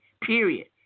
Period